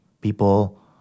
People